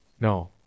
No